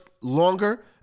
longer